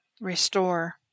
restore